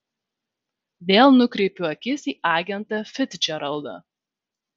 vėl nukreipiu akis į agentą ficdžeraldą